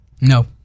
No